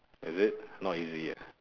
is it not easy ah